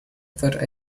thought